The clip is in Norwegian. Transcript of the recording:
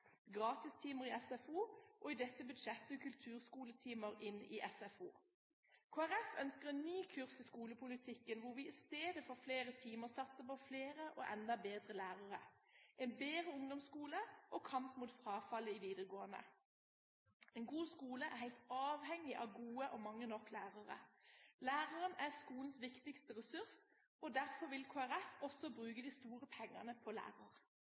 gratistimer i SFO, og – i dette budsjettet – kulturskoletimer inn i SFO. Kristelig Folkeparti ønsker en ny kurs i skolepolitikken, hvor vi istedenfor flere timer satser på flere og enda bedre lærere, en bedre ungdomsskole og kamp mot frafallet i videregående. En god skole er helt avhengig av gode og mange nok lærere. Læreren er skolens viktigste ressurs, og derfor vil Kristelig Folkeparti også bruke de store pengene på